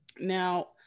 now